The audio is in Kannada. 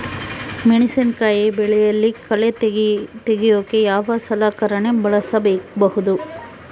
ಮೆಣಸಿನಕಾಯಿ ಬೆಳೆಯಲ್ಲಿ ಕಳೆ ತೆಗಿಯೋಕೆ ಯಾವ ಸಲಕರಣೆ ಬಳಸಬಹುದು?